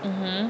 mmhmm